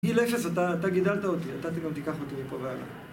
מגיל אפס, אתה גידלת אותי, אתה תגם תיקח אותי מפה ואלה.